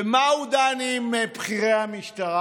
ועל מה הוא דן עם בכירי המשטרה?